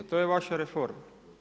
To je vaša reforma.